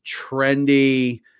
trendy